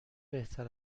بهتر